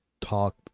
talk